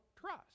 trust